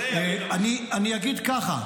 אני אגיד ככה: